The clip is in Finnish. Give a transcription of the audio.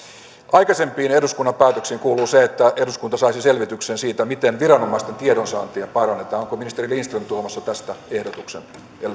aikaisempiin eduskunnan päätöksiin kuuluu se että eduskunta saisi selvityksen siitä miten viranomaisten tiedonsaantia parannetaan onko ministeri lindström tuomassa tästä ehdotuksen eduskuntaan